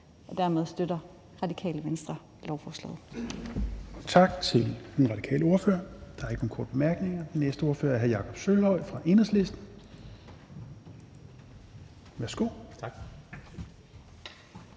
Fjerde næstformand (Rasmus Helveg Petersen): Tak til den radikale ordfører. Der er ikke nogen korte bemærkninger. Den næste ordfører er hr. Jakob Sølvhøj fra Enhedslisten. Værsgo. Kl.